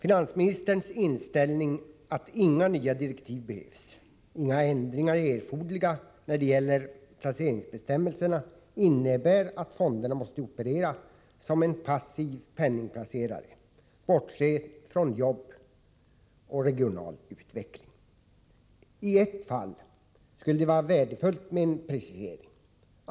Finansministerns inställning att inga nya direktiv behövs, att inga ändringar är erforderliga när det gäller placeringsbestämmelserna, innebär att fonderna måste operera som passiva penningplacerare, måste bortse från jobb och regional utveckling. I ett fall skulle det vara värdefullt med en precisering.